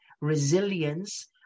resilience